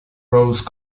rose